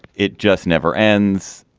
it just never ends.